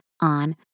on